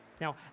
Now